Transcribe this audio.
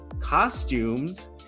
costumes